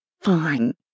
Fine